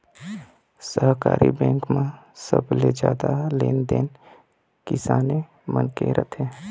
सहकारी बेंक म सबले जादा लेन देन किसाने मन के रथे